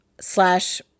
slash